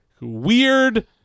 weird